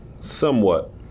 somewhat